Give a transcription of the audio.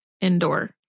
indoor